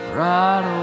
right